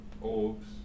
Orbs